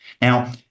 Now